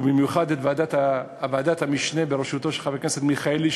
ובמיוחד את ועדת המשנה בראשותו של חבר הכנסת מיכאלי,